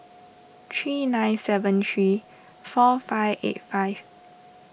three nine seven three four five eight five